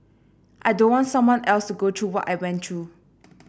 I don't want someone else to go through what I went through